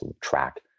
track